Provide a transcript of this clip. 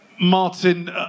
Martin